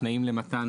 תנאים למתן